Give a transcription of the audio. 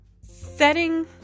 setting